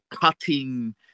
cutting